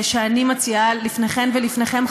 שאני מציעה לפניכם ולפניכן,